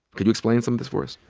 could you explain some of this for us?